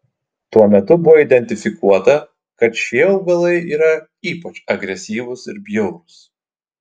tuo metu buvo identifikuota kad šie augalai yra ypač agresyvūs ir bjaurūs